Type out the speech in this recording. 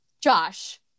Josh